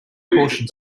caution